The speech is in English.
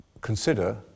consider